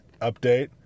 update